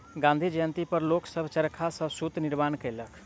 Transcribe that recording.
गाँधी जयंती पर लोक सभ चरखा सॅ सूत निर्माण केलक